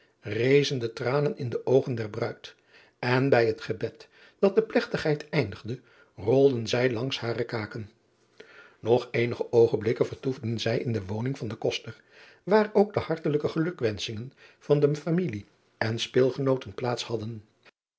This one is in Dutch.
de tranen in de oogen der ruid en bij het gebed dat de plegtigheid eindigde rolden zij langs hare kaken og eenige oogenblikken vertoefden zij in de woning van den koster waar ook de hartelijke gelukwenschingen van de familie en speelgenooten plaats hadden